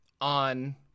on